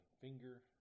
finger